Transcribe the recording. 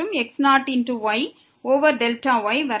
எனவே இந்த வழக்கில் y0Δy மற்றும் x0y ஓவர் Δy